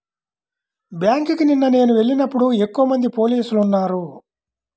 బ్యేంకుకి నిన్న నేను వెళ్ళినప్పుడు ఎక్కువమంది పోలీసులు ఉన్నారు